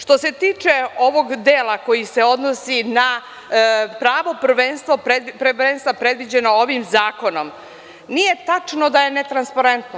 Što se tiče ovog dela koji se odnosi na pravo prvenstva predviđeno ovim zakonom, nije tačno da je ne transparentno.